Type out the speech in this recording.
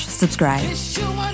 subscribe